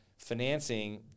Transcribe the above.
Financing